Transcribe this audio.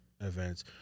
events